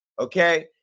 Okay